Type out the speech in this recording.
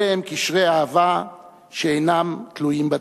אלה הם קשרי אהבה שאינם תלויים בדבר.